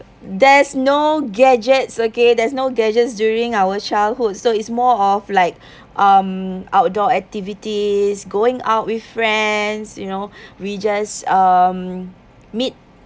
there's no gadgets okay there's no gadgets during our childhood so it's more of like um outdoor activities going out with friends you know we just um meet